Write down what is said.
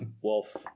Wolf